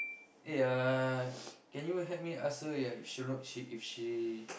eh uh can you help me ask her right if she know she if she